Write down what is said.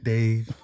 Dave